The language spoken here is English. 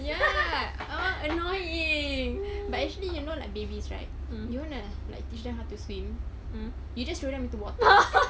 ya oh annoying but actually you know like babies right you know like teach them how to swim you just throw them into water